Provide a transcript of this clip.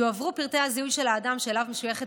יועברו פרטי הזיהוי של האדם שאליו משויכת